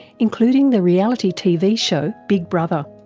including the reality tv show big brother.